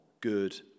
good